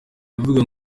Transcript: aravuga